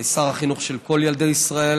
אני שר החינוך של כל ילדי ישראל